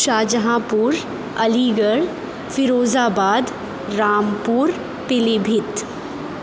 شاہجہاں پور Aligarh Firozabad Rampur پیلی بھیت